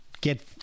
get